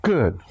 Good